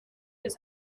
his